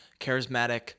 charismatic